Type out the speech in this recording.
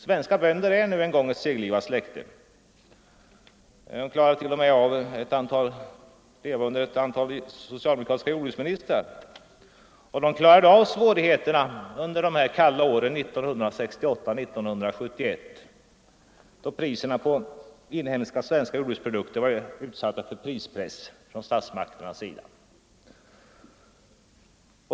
Svenska bönder är nu en gång ett seglivat släkte — de klarade t.o.m. av ett antal socialdemokratiska jordbruksministrar. Jordbruket klarade av svårigheterna de kalla åren 1968-1971, då priserna på inhemska jordbruksprodukter var utsatta för prispress från statsmakternas sida.